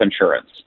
insurance